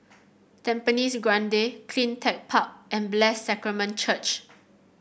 Tampines Grande CleanTech Park and Bless Sacrament Church